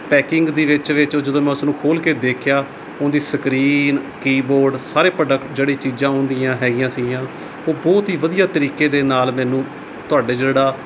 packing ਦੇ ਵਿੱਚ ਵਿੱਚ ਜਦੋਂ ਮੈਂ ਉਸ ਨੂੰ ਖੋਲ ਕੇ ਦੇਖਿਆ ਉਹਦੀ ਸਕਰੀਨ ਕੀਬੋਰਡ ਸਾਰੇ ਪ੍ਰੋਡਕਟ ਜਿਹੜੀ ਚੀਜ਼ਾਂ ਹੁੰਦੀਆਂ ਹੈ ਗਈਆਂ ਸੀਗੀਆਂ ਉਹ ਬਹੁਤ ਹੀ ਵਧੀਆ ਤਰੀਕੇ ਦੇ ਨਾਲ ਮੈਨੂੰ ਤੁਹਾਡੇ ਜਿਹੜਾ